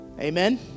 Amen